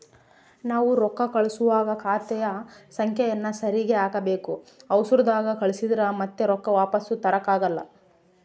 ನಾವು ರೊಕ್ಕ ಕಳುಸುವಾಗ ಖಾತೆಯ ಸಂಖ್ಯೆಯನ್ನ ಸರಿಗಿ ಹಾಕಬೇಕು, ಅವರ್ಸದಾಗ ಕಳಿಸಿದ್ರ ಮತ್ತೆ ರೊಕ್ಕ ವಾಪಸ್ಸು ತರಕಾಗಲ್ಲ